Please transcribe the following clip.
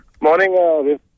Morning